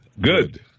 good